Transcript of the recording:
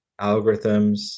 algorithms